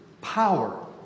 power